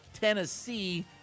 Tennessee